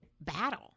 battle